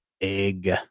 egg